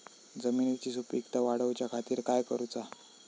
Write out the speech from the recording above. जमिनीची सुपीकता वाढवच्या खातीर काय करूचा?